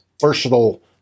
versatile